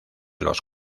los